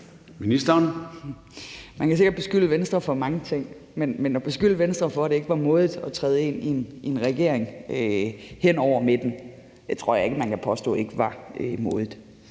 Man kan sikkert beskylde Venstre for mange ting, men at beskylde Venstre for, at det ikke var modigt at træde ind i en regering hen over midten; det tror jeg ikke man kan påstå ikke var modigt.